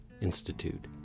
Institute